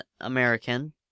American